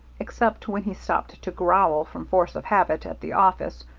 except when he stopped to growl, from force of habit, at the office,